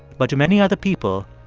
but to many other people,